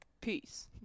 Peace